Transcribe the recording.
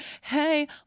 hey